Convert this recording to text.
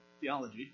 theology